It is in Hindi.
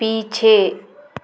पीछे